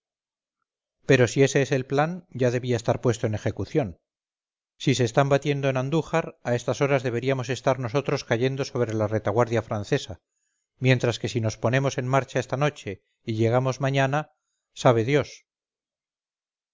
pero si ese es el plan ya debía estar puesto en ejecución si se están batiendo en andújar a estas horas deberíamos estar nosotros cayendo sobre la retaguardia francesa mientras que si nos ponemos en marcha esta noche y llegamos mañana sabe dios